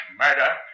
murder